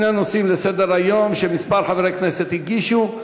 אלה שני נושאים לסדר-היום שכמה חברי כנסת הגישו.